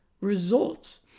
results